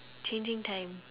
changing time